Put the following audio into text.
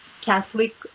Catholic